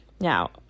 Now